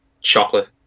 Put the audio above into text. Chocolate